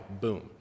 Boom